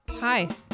Hi